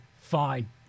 fine